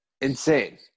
Insane